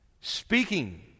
speaking